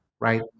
right